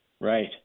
right